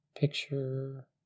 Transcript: Picture